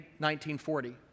1940